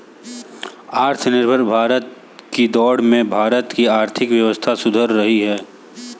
आत्मनिर्भर भारत की दौड़ में भारत की आर्थिक व्यवस्था सुधर रही है